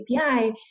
API